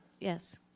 Yes